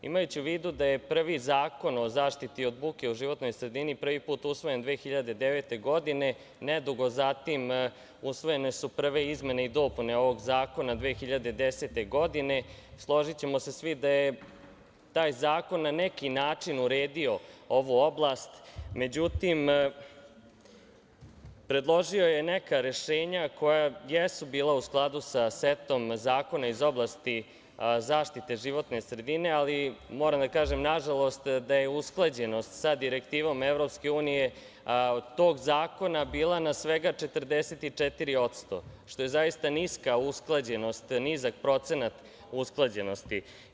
Imajući u vidu da je prvi Zakon o zaštiti od buke u životnoj sredini prvi put usvojen 2009. godine, nedugo zatim usvojene su prve izmene i dopune ovog zakona 2010. godine, složićemo se svi da je taj zakon na neki način uredio ovu oblast, međutim, predložio je neka rešenja koja jesu bila u skladu sa setom zakona iz oblasti zaštite životne sredine ali, moram da kažem, nažalost, da je usklađenost sa Direktivom EU od tog zakona bila na svega 44%, što je zaista niska usklađenost, nizak procenat usklađenosti.